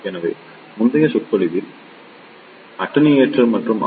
எனவே முந்தைய சொற்பொழிவில் மாறி அட்டென்யூட்டர் மற்றும் ஆர்